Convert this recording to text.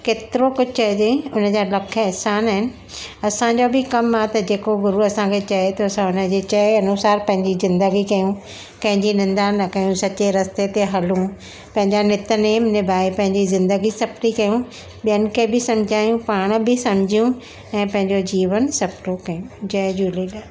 केतिरो कुझु चइजे हुनजा लख अहसान आहिनि असांजो बि कम आहे कि जेको गुरू असांखे चए त असां हुनजे चए अनुसार पंहिंजी ज़िंदगी कयूं कंहिंजी निंदा न कयूं सच्चे रस्ते ते हलूं पंहिंजा नितनेम निभाए पंहिंजी ज़िंदगी सफ़ली कयूं ॿियनि खे बि समिझाइयूं पाण बि समिझूं ऐं पंहिंजो जीवन सफ़लो कयूं जय झूलेलाल